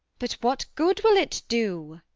but what good will it do?